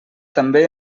també